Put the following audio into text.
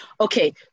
okay